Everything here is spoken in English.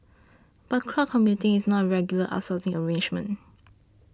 but cloud computing is not a regular outsourcing arrangement